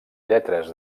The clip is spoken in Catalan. lletres